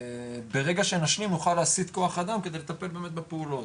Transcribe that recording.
ברגע שנשלים נוכל להסיט כוח אדם כדי לטפל באמת בפעולות,